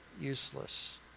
useless